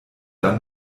dann